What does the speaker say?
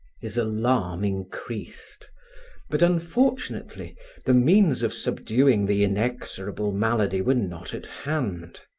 his alarm increased but unfortunately the means of subduing the inexorable malady were not at hand.